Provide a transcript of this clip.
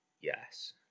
Yes